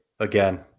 Again